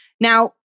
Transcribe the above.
Now